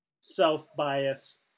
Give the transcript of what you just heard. self-bias